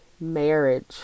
Marriage